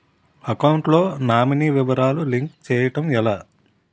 Account లో nominee వివరాలు link చేయటం ఎలా?